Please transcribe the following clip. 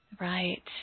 Right